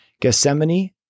Gethsemane